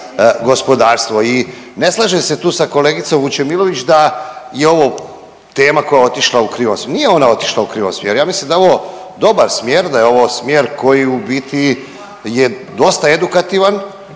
gospodarstvo. I ne slažem se tu sa kolegicom Vučemilović da je ovo tema koja je otišla u krivom smjeru. Nije ona otišla u krivom smjeru, ja mislim da je ovo dobar smjer, da je ovo smjer koji u biti je dosta edukativan,